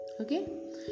Okay